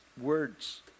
words